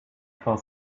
for